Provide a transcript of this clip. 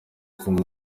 kuba